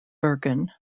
bergen